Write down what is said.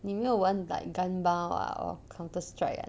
你没有 like gundam or or counter strike ah